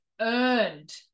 earned